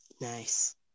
Nice